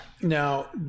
Now